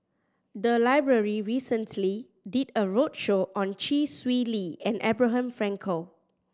the library recently did a roadshow on Chee Swee Lee and Abraham Frankel